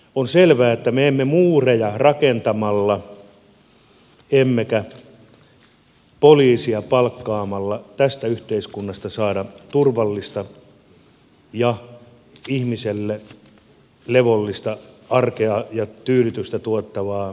on selvää että me emme muureja rakentamalla emmekä poliiseja palkkaamalla saa tästä yhteiskunnasta turvallista ja ihmiselle levollista arkea ja tyydytystä tuottavaa mukavaa asumista